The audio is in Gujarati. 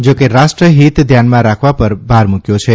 જા કે રાષ્ટ્રફીત ધ્યાનમાં રાખવા પર ભાર મૂક્યો છે